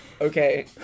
okay